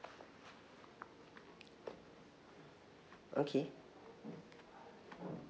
okay